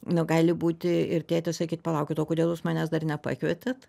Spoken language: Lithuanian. nu gali būti ir tėtis sakyt palaukit o kodėl jūs manęs dar nepakvietėt